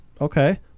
Okay